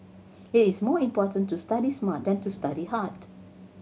it is more important to study smart than to study hard